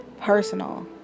personal